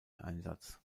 einsatz